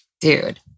Dude